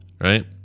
right